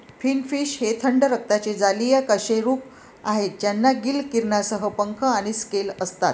finfish हे थंड रक्ताचे जलीय कशेरुक आहेत ज्यांना गिल किरणांसह पंख आणि स्केल असतात